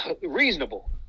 reasonable